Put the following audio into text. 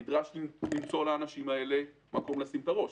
נדרש למצוא לאנשים האלה מקום לשים את הראש.